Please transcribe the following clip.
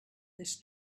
this